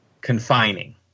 confining